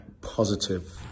positive